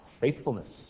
faithfulness